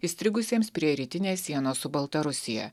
įstrigusiems prie rytinės sienos su baltarusija